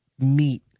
meet